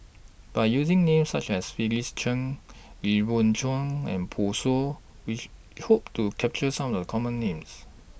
By using Names such as Felix Cheong Lee Wung and Pan Shou Which Hope to capture Some of The Common Names